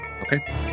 Okay